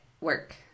work